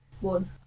One